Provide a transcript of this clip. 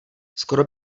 skoro